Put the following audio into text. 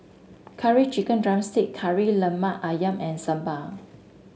Curry Chicken drumstick Kari Lemak ayam and sambal